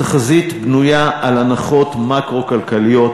התחזית בנויה על הנחות מקרו-כלכליות,